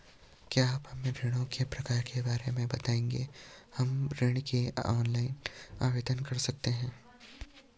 क्या आप हमें ऋणों के प्रकार के बारे में बताएँगे हम ऋण के लिए ऑनलाइन आवेदन कर सकते हैं?